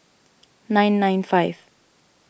nine nine five